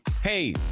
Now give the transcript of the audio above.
hey